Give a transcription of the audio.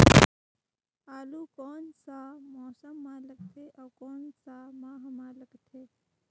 आलू कोन सा मौसम मां लगथे अउ कोन सा माह मां लगथे?